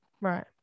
Right